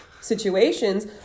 situations